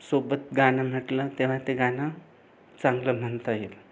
सोबत गाणं म्हटलं तेव्हा ते गाणं चांगलं म्हणता येईल